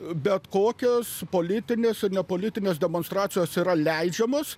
bet kokios politinės ir nepolitinės demonstracijos yra leidžiamos